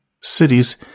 Cities